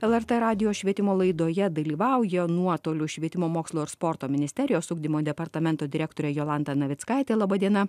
lrt radijo švietimo laidoje dalyvauja nuotoliu švietimo mokslo ir sporto ministerijos ugdymo departamento direktorė jolanta navickaitė laba diena